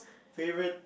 favourite